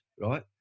right